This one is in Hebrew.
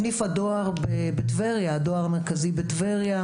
סניף הדואר בטבריה, הדואר המרכזי בטבריה